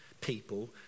people